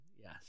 yes